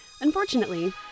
Unfortunately